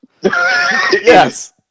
Yes